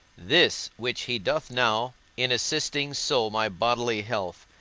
this which he doth now, in assisting so my bodily health,